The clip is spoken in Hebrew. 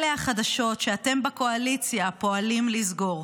אלה החדשות שאתם בקואליציה פועלים לסגור.